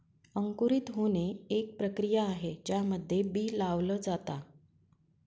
अंकुरित होणे, एक प्रक्रिया आहे ज्यामध्ये बी लावल जाता